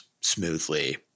smoothly